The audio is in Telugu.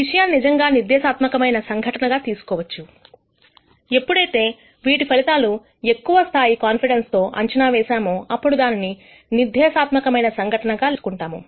విషయాన్ని నిజంగా నిర్దేశాత్మకమైన సంఘటనగా తీసుకోవచ్చు ఎప్పుడైతే వీటి ఫలితాలు ఎక్కువ స్థాయి కాన్ఫిడెన్స్ తో అంచనా వేశామో అప్పుడు దానిని నిర్దేశాత్మకమైన సంఘటనగా లెక్కలోకి తీసుకుంటాము